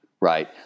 right